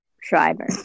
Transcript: Schreiber